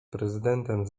prezydentem